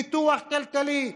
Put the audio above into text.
פיתוח כלכלי,